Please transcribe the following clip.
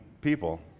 people